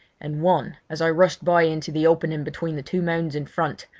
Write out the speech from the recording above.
and one, as i rushed by into the opening between the two mounds in front,